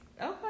Okay